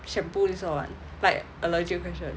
shampoo this all [one] like a legit question